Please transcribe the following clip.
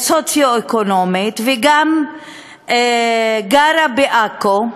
סוציו-אקונומית, וגם גרה בעכו,